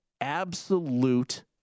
absolute